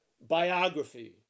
biography